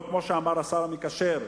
לא כמו שאמר השר המקשר: